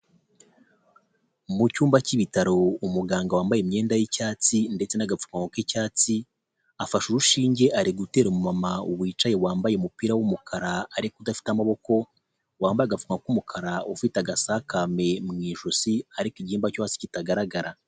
Mu cyumba cy'ibitaro umuganga wambaye imyenda y'icyatsi ndetse n'agapfuma k'icyatsi afashe urushinge ari gutera umumama wicaye wambaye umupira w'umukara ariko udafite amaboko, wambaye agafuka k'umukara ufite agasakame mu ijosi ariko igihemba cyose kitagaragara.